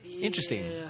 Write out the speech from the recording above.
Interesting